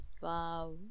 wow